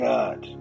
God